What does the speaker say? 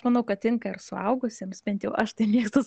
manau kad tinka ir suaugusiems bent jau aš tai mėgstu